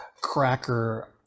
cracker